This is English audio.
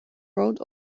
wrote